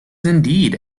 indeed